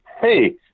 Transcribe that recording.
hey